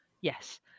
Yes